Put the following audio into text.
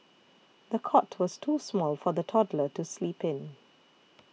the cot was too small for the toddler to sleep in